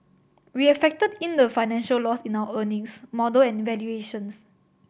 we have factored in the financial loss in our earnings model and valuations